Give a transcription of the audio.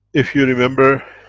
if you remember